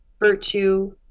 virtue